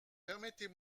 permettez